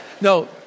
No